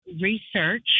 research